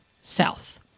south